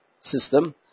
system